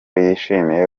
yishimiye